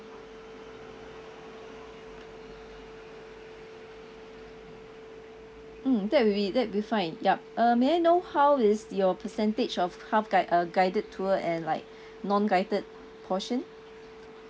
mm that'll be that'll be fine yup uh may I know how is your percentage of half guide uh guided tour and like non-guided portion